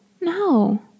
No